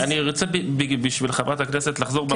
אני רוצה בשביל חברת הכנסת לחזור ממש בקצרה על המכרזים.